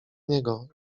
niego